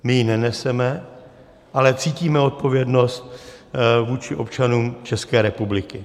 My ji neneseme, ale cítíme odpovědnost vůči občanům České republiky.